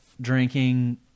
drinking